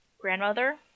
grandmother